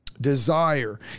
Desire